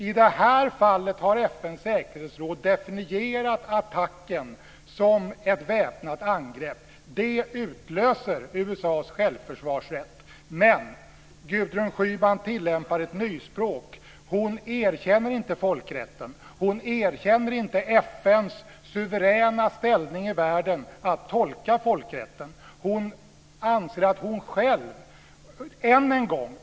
I det här fallet har FN:s säkerhetsråd definierat attacken som ett väpnat angrepp. Det utlöser USA:s självförsvarsrätt. Gudrun Schyman tillämpar ett nyspråk. Hon erkänner inte folkrätten. Hon erkänner inte FN:s suveräna ställning i världen att tolka folkrätten.